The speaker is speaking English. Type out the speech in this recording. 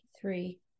three